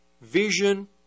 vision